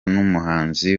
n’umuhanzi